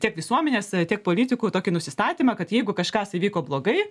tiek visuomenės tiek politikų tokį nusistatymą kad jeigu kažkas įvyko blogai